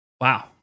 Wow